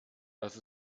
dass